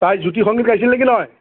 তাই জ্য়োতি সংগীত গাইছিল নেকি নহয়